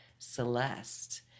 Celeste